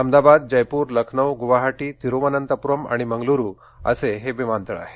अहमदाबाद जयपूर लखनौ गुवाहाटी तिरुवनंतपुरम आणि मंगलुरु असे हे विमानतळ आहेत